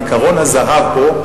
עקרון הזהב פה,